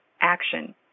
action